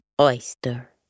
oyster